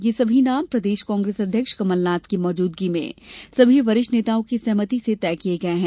ये सभी नाम प्रदेश कांग्रेस अध्यक्ष कमलनाथ की मौजूदगी में सभी वरिष्ठ नेताओं की सहमति से तय किए गए हैं